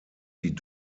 die